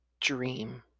dream